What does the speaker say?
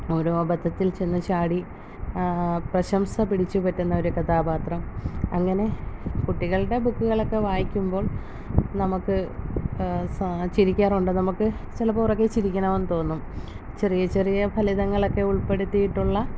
ഓരോ അബദ്ധത്തിൽ ചെന്ന് ചാടി പ്രശംസ പിടിച്ച് പറ്റുന്ന ഒരു കഥാപാത്രം അങ്ങനെ കുട്ടികളുടെ ബുക്കുകളൊക്കെ വായിക്കുമ്പോൾ നമുക്ക് സാ ചിരിക്കാറുണ്ട് നമുക്ക് ചിലപ്പം ഉറക്കെ ചിരിക്കണമെന്ന് തോന്നും ചെറിയ ചെറിയ ഫലിതങ്ങളക്കെ ഉൾപ്പെടുത്തീട്ടുള്ള